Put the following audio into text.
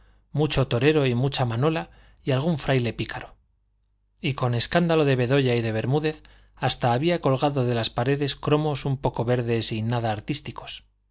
mucho torero y mucha manola y algún fraile pícaro y con escándalo de bedoya y de bermúdez hasta había colgado de las paredes cromos un poco verdes y nada artísticos